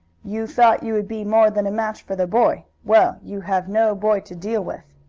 you thought you would be more than a match for the boy. well, you have no boy to deal with.